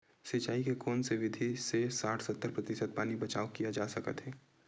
सिंचाई के कोन से विधि से साठ सत्तर प्रतिशत पानी बचाव किया जा सकत हे?